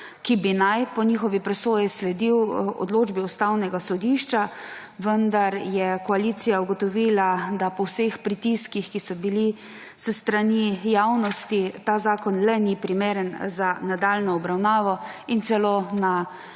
ki bi naj sledil po njihovi presoji odločbi Ustavnega sodišča, vendar je koalicija ugotovila, da po vseh pritiskih, ki so bili s strani javnosti, ta zakon le ni primeren za nadaljnjo obravnavo in je celona